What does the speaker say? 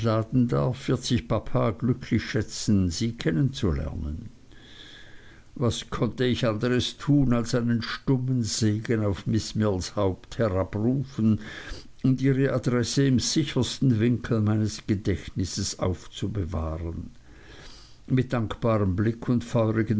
papa glücklich schätzen sie kennen zu lernen was konnte ich anderes tun als einen stummen segen auf miß mills haupt herabrufen und ihre adresse im sichersten winkel meines gedächtnisses aufbewahren mit dankbarem blick und